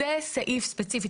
זה סעיף ספציפי.